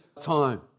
time